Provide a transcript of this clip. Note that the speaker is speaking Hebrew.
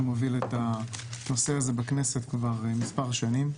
שמוביל את הנושא הזה בכנסת כבר מספר שנים.